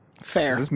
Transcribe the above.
Fair